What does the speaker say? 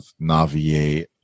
Navier